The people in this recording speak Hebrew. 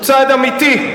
הוא צעד אמיתי,